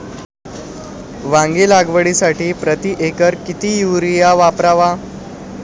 वांगी लागवडीसाठी प्रति एकर किती युरिया वापरावा?